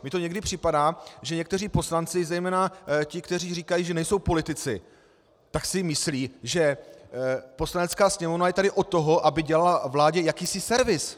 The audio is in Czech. Mně to někdy připadá, že někteří poslanci, zejména ti, kteří říkají, že nejsou politici, tak si myslí, že Poslanecká sněmovna je tady od toho, aby dělala vládě jakýsi servis.